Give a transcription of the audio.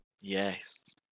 Yes